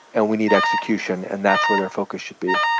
and we need execution, and that's where their focus should be